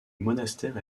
monastère